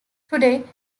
today